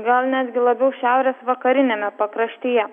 gal netgi labiau šiaurės vakariniame pakraštyje